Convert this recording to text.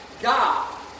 God